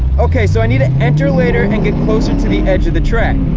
okay, so i need to enter later and get closer to the edge of the track